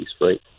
right